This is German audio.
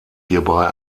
hierbei